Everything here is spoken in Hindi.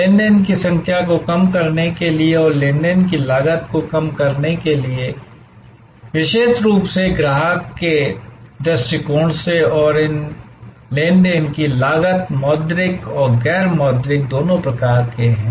लेनदेन की संख्या को कम करने के लिए और लेनदेन की लागत को कम करने के लिए विशेष रूप से ग्राहक के दृष्टिकोण से और इन लेनदेन की लागत मौद्रिक और गैर मौद्रिक दोनों प्रकार हैं